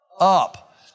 up